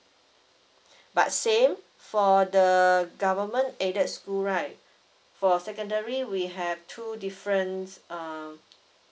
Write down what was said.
but same for the government aided school right for secondary we have two different uh